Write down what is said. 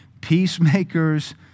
Peacemakers